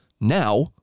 now